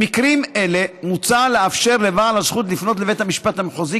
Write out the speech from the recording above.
במקרים אלה מוצע לאפשר לבעל הזכות לפנות לבית המשפט המחוזי